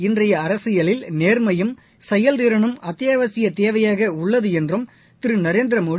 இள்றைய அரசியலில் நேர்மையும் செயல் திறனும் அத்தியாவசிய தேவையாக உள்ளது உள்ளது என்றும் திரு நரேந்திரமோடி